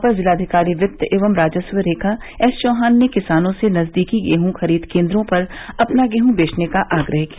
अपर जिलाधिकारी वित्त एवं राजस्व रेखा एस चौहान ने किसानों से नजदीकी गेहूँ खरीद केंद्रों पर अपना गेहूं बेचने का आग्रह किया